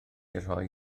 rhoi